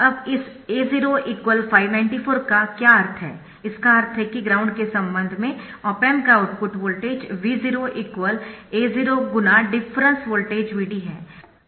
अब इस A0 594 का क्या अर्थ है इसका अर्थ है कि ग्राउंड के संबंध में ऑप एम्प का output voltage V0 A0 × difference voltage Vd है